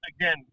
again